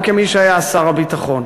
גם כמי שהיה שר הביטחון.